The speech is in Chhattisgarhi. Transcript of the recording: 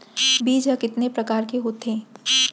बीज ह कितने प्रकार के होथे?